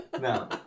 No